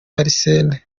arsène